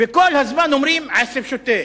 וכל הזמן אומרים: עשב שוטה.